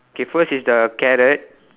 okay first is the carrot